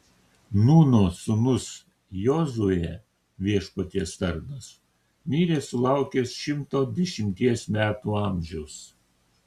nūno sūnus jozuė viešpaties tarnas mirė sulaukęs šimto dešimties metų amžiaus